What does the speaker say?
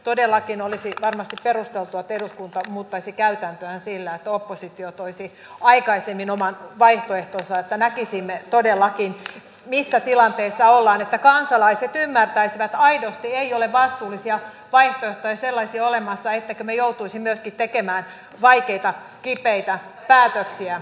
todellakin olisi varmasti perusteltua että eduskunta muuttaisi käytäntöään sillä että oppositio toisi aikaisemmin oman vaihtoehtonsa että näkisimme todellakin missä tilanteessa ollaan että kansalaiset ymmärtäisivät aidosti että ei ole sellaisia vastuullisia vaihtoehtoja olemassa ettemmekö me joutuisi myöskin tekemään vaikeita kipeitä päätöksiä